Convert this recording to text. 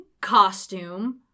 costume